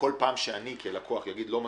שכל פעם שאני כלקוח אומר: לא מסכים,